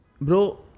bro